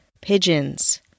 pigeons